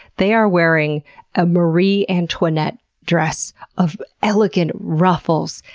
they are wearing a marie antoinette dress of elegant ruffles,